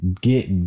get